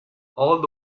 old